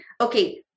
okay